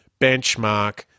benchmark